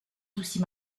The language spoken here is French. soucis